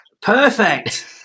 perfect